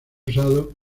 usado